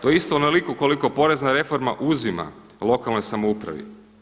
To je isto onoliko koliko porezna reforma uzim lokalnoj samoupravi.